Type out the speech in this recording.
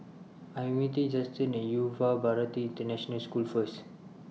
I Am meeting Justen At Yuva Bharati International School First